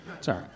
Sorry